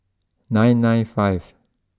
nine nine five